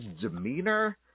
demeanor